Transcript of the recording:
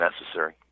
necessary